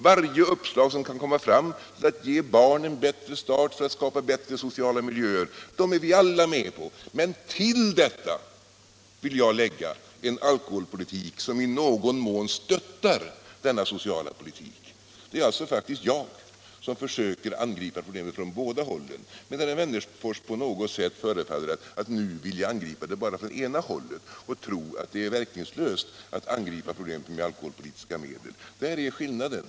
Varje uppslag som kan komma fram för att ge barn en bättre start, för att skapa bättre sociala miljöer, är vi alla med på. Men till detta vill jag lägga en alkoholpolitik som i någon mån stöttar denna sociala politik. Det är alltså faktiskt jag som försöker angripa problemet från båda håll, medan herr Wennerfors på något sätt förefaller att nu vilja angripa frågan från ena hållet och tro att alkoholpolitiska medel är verkningslösa. Där ligger skillnaden.